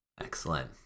Excellent